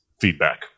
feedback